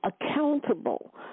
accountable